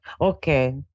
Okay